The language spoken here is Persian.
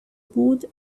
بود